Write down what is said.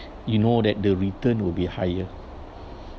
you know that the return will be higher